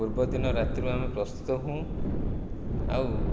ପୂର୍ବଦିନ ରାତିରୁ ଆମେ ପ୍ରସ୍ତୁତ ହେଉ ଆଉ